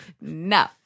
No